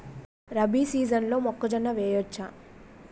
రబీ సీజన్లో మొక్కజొన్న వెయ్యచ్చా?